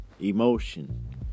emotion